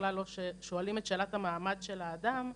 בכלל לא שואלים את שאלת המעמד של האדם,